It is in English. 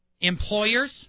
employers